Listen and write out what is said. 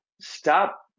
stop